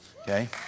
okay